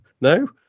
No